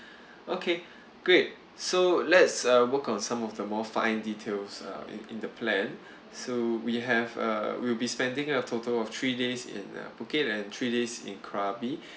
okay great so let's uh work on some of the more fine details uh in in the plan so we have a we'll be spending a total of three days in uh phuket and three days in krabi